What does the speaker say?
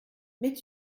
mais